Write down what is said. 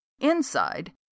Inside